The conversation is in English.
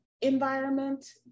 environment